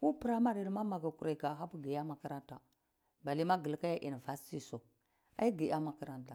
ko primary ma magi kurai ma hapar giyatu makaranta balema gi lika ya universito ai gi yati makaranta.